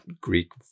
Greek